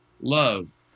love